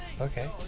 Okay